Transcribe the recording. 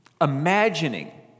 imagining